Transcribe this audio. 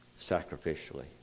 sacrificially